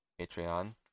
Patreon